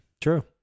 True